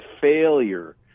failure